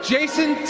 Jason